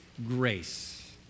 grace